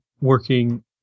working